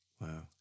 Wow